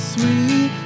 Sweet